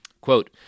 Quote